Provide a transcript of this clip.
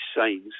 signs